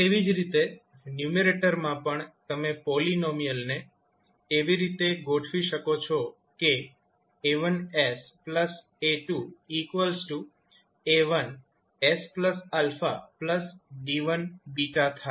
તેવી જ રીતે ન્યૂમેરેટરમાં પણ તમે પોલીનોમિયલને એવી રીતે ગોઠવી શકો છો કે 𝐴1𝑠𝐴2𝐴1𝑠𝛼𝐵1𝛽 થાય